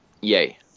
Yay